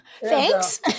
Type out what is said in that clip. thanks